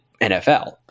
NFL